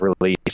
release